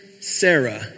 Sarah